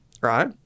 Right